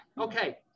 okay